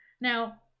Now